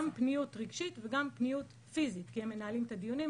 גם פניות רגשית וגם פניות פיזית כי הם מנהלים את הדיונים,